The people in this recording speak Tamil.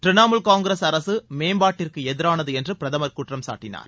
திரிணமுல் காங்கிரஸ் அரசு மேம்பாட்டிற்கு எதிரானது என்று பிரதமர் குற்றம் சாட்டினார்